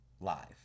live